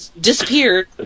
disappeared